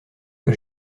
que